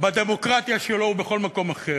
בדמוקרטיה שלו ובכל מקום אחר.